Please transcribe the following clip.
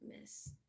Miss